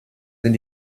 sind